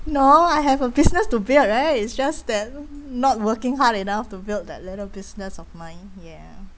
no I have a business to build right it's just that not working hard enough to build that little business of mine ya